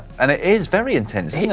and it is very intense,